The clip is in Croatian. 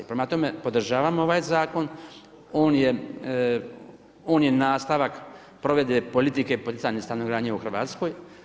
Prema tome, podržavam ovaj zakon, on je nastavak provedbe politike poticanja stanogradnje u Hrvatskoj.